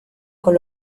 con